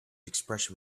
expression